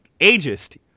ageist